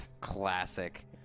classic